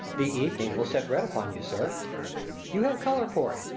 the evening will set red upon you, sir you have colour for it,